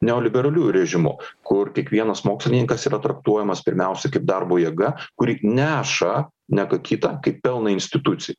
neoliberaliu režimu kur kiekvienas mokslininkas yra traktuojamas pirmiausia kaip darbo jėga kuri neša ne ką kitą kaip pelną institucijai